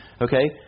okay